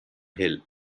hill